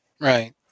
Right